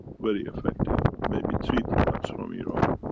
very effective. maybe three products from iran.